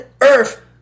earth